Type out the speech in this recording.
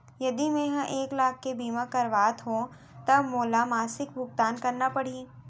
यदि मैं ह एक लाख के बीमा करवात हो त मोला मासिक भुगतान कतना पड़ही?